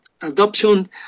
adoption